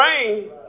rain